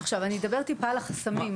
עכשיו, אני אדבר טיפה על החסמים.